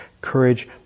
Courage